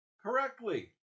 correctly